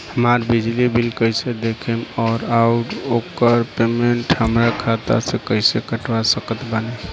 हमार बिजली बिल कईसे देखेमऔर आउर ओकर पेमेंट हमरा खाता से कईसे कटवा सकत बानी?